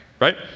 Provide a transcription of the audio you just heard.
Right